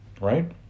right